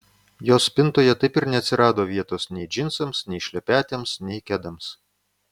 jos spintoje taip ir neatsirado vietos nei džinsams nei šlepetėms nei kedams